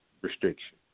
restriction